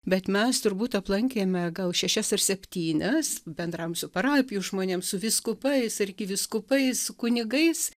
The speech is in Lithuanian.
bet mes turbūt aplankėme gal šešias ar septynias bendravom su parapijų žmonėm su vyskupais arkivyskupais kunigais